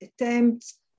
attempts